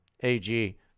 ag